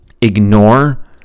ignore